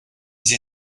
sie